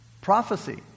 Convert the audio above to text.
prophecy